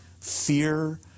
fear